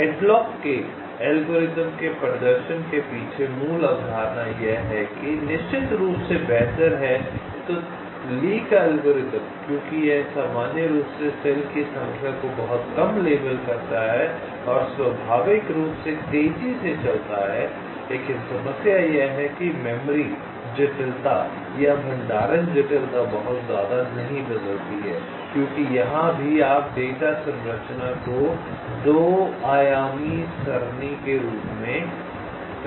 Hadlock के algorithm के प्रदर्शन के पीछे मूल अवधारणा यह है कि निश्चित रूप से बेहतर है तो ली का एल्गोरिथ्म क्योंकि यह सामान्य रूप से सेल की संख्या को बहुत कम लेबल करता है और स्वाभाविक रूप से तेजी से चलता है लेकिन समस्या यह है कि मेमोरी जटिलता या भंडारण जटिलता बहुत ज्यादा नहीं बदलती है क्योंकि यहां भी आप डेटा संरचना को 2 आयामी सरणी के रूप में रख रहे हैं